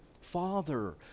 Father